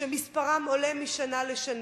שמספרם עולה משנה לשנה,